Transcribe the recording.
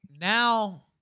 now